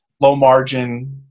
low-margin